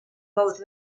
both